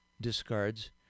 discards